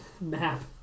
map